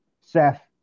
Seth